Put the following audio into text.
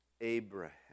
Abraham